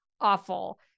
awful